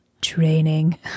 Training